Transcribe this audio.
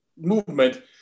movement